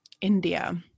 India